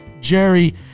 Jerry